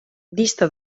dista